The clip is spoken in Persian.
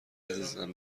عزیزم